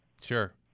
Sure